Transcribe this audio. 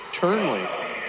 Turnley